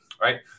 right